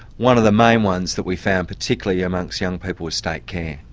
one of the main ones that we found particularly amongst young people was state care.